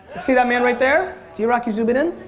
see that man right there. drock, you zoom it in.